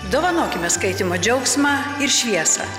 dovanokime skaitymo džiaugsmą ir šviesą